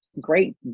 great